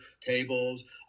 tables